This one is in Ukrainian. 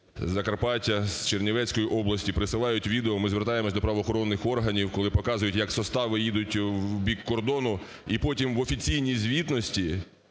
з Закарпаття, з Чернівецької області присилають відео, ми звертаємось до правоохоронних органів, коли показують як состави їдуть в бік кордону, і потім в офіційній звітності